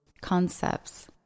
concepts